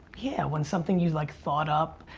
yeah, when somethin' you like thought up.